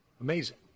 amazing